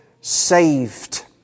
saved